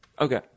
Okay